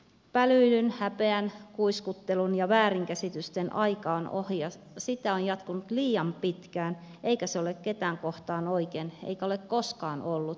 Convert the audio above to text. pälyilyn häpeän kuiskuttelun ja väärinkäsitysten aika on ohi ja sitä on jatkunut liian pitkään eikä se ole ketään kohtaan oikein eikä ole koskaan ollut